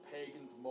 Pagans